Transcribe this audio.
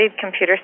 computer